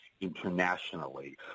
internationally